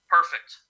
Perfect